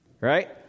right